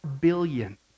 billion